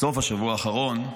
בסוף השבוע האחרון,